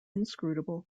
inscrutable